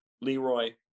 Leroy